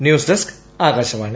news desk Akashvani